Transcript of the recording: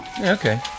Okay